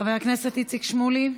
חבר הכנסת איציק שמולי,